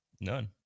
None